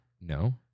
No